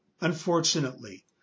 Unfortunately